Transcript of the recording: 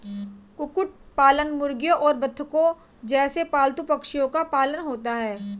कुक्कुट पालन मुर्गियों और बत्तखों जैसे पालतू पक्षियों का पालन होता है